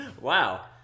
Wow